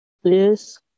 Please